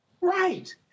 Right